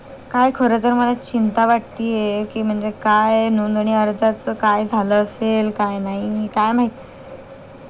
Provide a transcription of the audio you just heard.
काय खरं तर मला चिंता वाटते आहे की म्हणजे काय नोंदणी अर्जाचं काय झालं असेल काय नाही काय माहीत